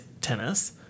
tennis